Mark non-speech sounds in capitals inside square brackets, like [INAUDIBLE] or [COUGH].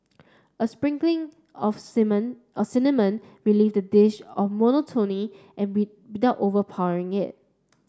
a sprinkling of [UNINTELLIGIBLE] a cinnamon relieves the dish of monotony [UNINTELLIGIBLE] without overpowering it